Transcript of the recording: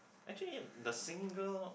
actually the single